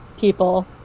people